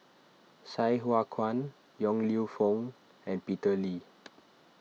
Sai Hua Kuan Yong Lew Foong and Peter Lee